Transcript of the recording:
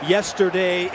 Yesterday